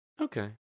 Okay